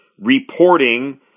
reporting